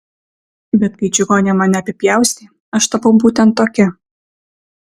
bet kai čigonė mane apipjaustė aš tapau būtent tokia